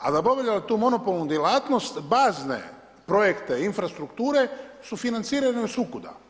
A da bi obavljala tu monopolnu djelatnost bazne projekte infrastrukture sufinanciraju od svukuda.